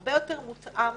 והרבה יותר מותאם